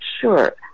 sure